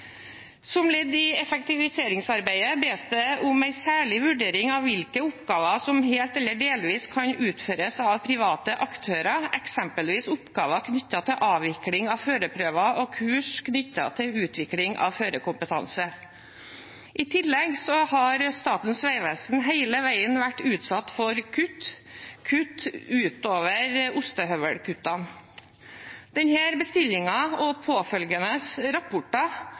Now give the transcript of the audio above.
Som ledd i effektiviseringsarbeidet bes det om en særlig vurdering av hvilke oppgaver som helt eller delvis kan utføres av private aktører, eksempelvis oppgaver knyttet til avvikling av førerprøver og kurs knyttet til utvikling av førerkompetanse e.l.» I tillegg har Statens vegvesen hele veien vært utsatt for kutt – kutt utover ostehøvelkuttene. Denne bestillingen og påfølgende rapporter